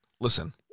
Listen